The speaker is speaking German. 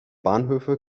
bahnhöfe